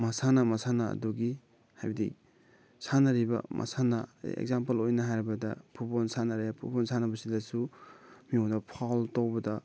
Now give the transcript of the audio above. ꯃꯁꯥꯟꯅ ꯃꯁꯥꯟꯅ ꯑꯗꯨꯒꯤ ꯍꯥꯏꯕꯗꯤ ꯁꯥꯟꯅꯔꯤꯕ ꯃꯁꯥꯟꯅ ꯑꯦꯛꯖꯥꯝꯄꯜ ꯑꯣꯏꯅ ꯍꯥꯏꯔꯕꯗ ꯄꯨꯠꯕꯣꯜ ꯁꯥꯟꯅꯔꯦ ꯐꯨꯠꯕꯣꯜ ꯁꯥꯟꯅꯕꯁꯤꯗꯁꯨ ꯃꯤꯉꯣꯟꯗ ꯐꯥꯎꯜ ꯇꯧꯕꯗ